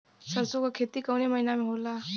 सरसों का खेती कवने महीना में होला?